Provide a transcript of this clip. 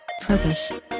purpose